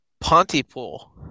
Pontypool